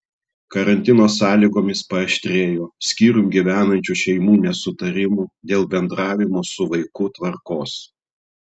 karantino sąlygomis paaštrėjo skyrium gyvenančių šeimų nesutarimų dėl bendravimo su vaiku tvarkos